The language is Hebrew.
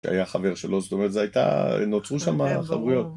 היה חבר שלו, זאת אומרת, נוצרו שם חברויות.